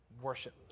worship